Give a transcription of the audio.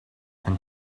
and